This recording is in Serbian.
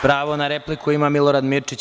Pravo na repliku ima Milorad Mirčić.